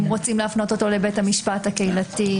אם רוצים להפנות אותו לבית המשפט הקהילתי?